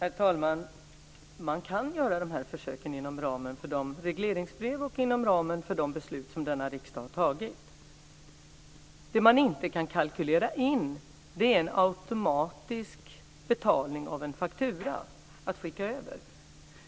Herr talman! Man kan göra dessa försök inom ramen för de regleringsbrev och inom ramen för de beslut som denna riksdag har fattat beslut om. Det som man inte kan kalkylera in är en automatisk betalning av en faktura att skicka över.